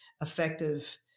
effective